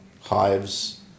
hives